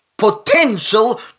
Potential